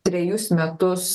trejus metus